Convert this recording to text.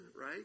right